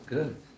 Good